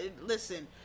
listen